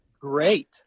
great